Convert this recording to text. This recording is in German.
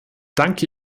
danke